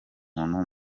muntu